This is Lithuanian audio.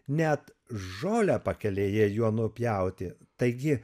net žolę pakelėje juo nupjauti taigi